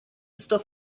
stuff